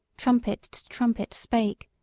trumpet to trumpet spake,